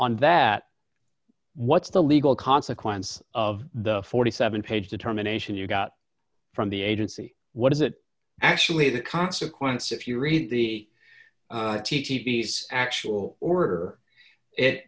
on that what's the legal consequence of the forty seven dollars page determination you got from the agency what is it actually the consequence if you read the t t piece actual order it